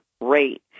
rate